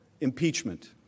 impeachment